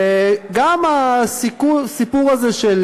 גם הסיפור הזה של,